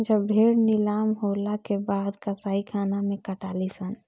जब भेड़ नीलाम होला के बाद कसाईखाना मे कटाली सन